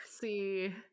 see